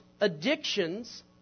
addictions